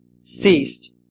ceased